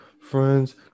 Friends